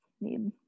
need